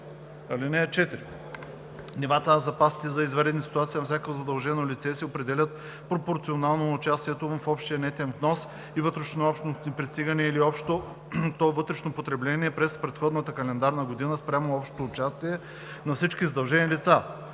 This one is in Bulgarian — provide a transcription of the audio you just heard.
6 и 7. (4) Нивата на запасите за извънредни ситуации на всяко задължено лице се определят пропорционално на участието му в общия нетен внос и вътрешнообщностни пристигания или в общото вътрешно потребление през предходната календарна година спрямо общото участие на всички задължени лица.